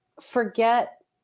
forget